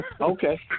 Okay